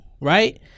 Right